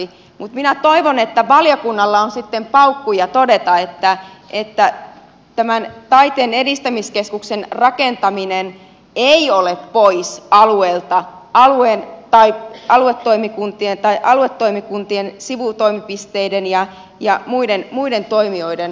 mutta minä toivon että valiokunnalla on sitten paukkuja todeta että tämän taiteen edistämiskeskuksen rakentaminen ei ole pois alueilta aluetoimikuntien sivutoimipisteiden ja muiden toimijoiden